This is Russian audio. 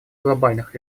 глобальных